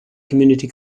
community